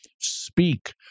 Speak